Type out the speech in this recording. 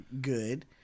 good